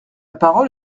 parole